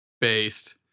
Based